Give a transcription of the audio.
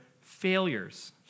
failures